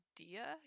idea